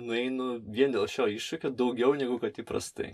nueinu vien dėl šio iššūkio daugiau negu kad įprastai